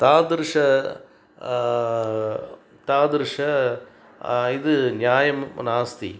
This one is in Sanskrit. तादृशं तादृशं तादृशं यद् न्यायं नास्ति